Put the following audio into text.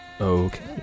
Okay